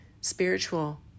spiritual